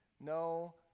no